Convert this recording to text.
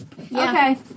Okay